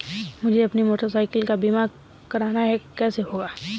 मुझे अपनी motorcycle का बीमा करना है कैसे होगा?